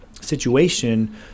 situation